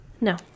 No